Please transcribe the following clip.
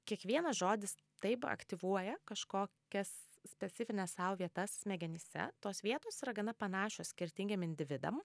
kiekvienas žodis taip aktyvuoja kažkokias specifines sau vietas smegenyse tos vietos yra gana panašios skirtingiem individam